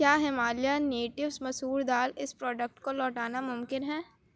کیا Himalayan Natives مسور دال اس پروڈکٹ کو لوٹانا ممکن ہے